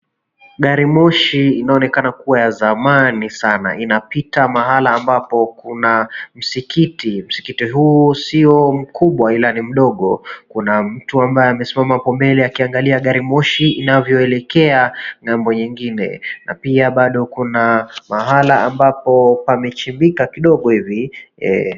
Garimoshi inayoonekana kua ya zamani sana inapita mahala ambapo kuna msikiti. Msikiti huo sio mkubwa ila ni mdogo. Kuna mtu ambaye amesimama hapo mbele akiangalia garimoshi inavyoelekea ng'ambo nyingine na pia bado kuna mahala ambapo pamechimbika kidogo hivi.